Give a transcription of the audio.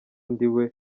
ndiwe